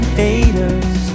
haters